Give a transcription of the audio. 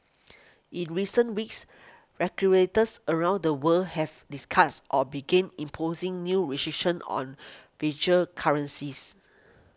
in recent weeks regulators around the world have discussed or begin imposing new restrictions on virtual currencies